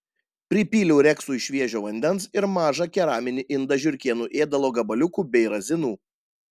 pripyliau reksui šviežio vandens ir mažą keraminį indą žiurkėnų ėdalo gabaliukų bei razinų